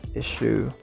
issue